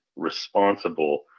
responsible